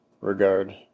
regard